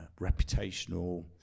reputational